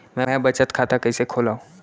मै बचत खाता कईसे खोलव?